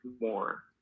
more